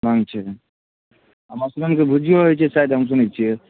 मांग छै आ मशरूमके भुजिओ होइ छै शायद हम सुनै छियै